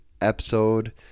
episode